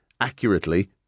accurately